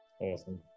Awesome